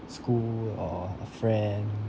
school or a friend